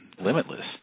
limitless